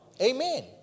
Amen